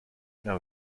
know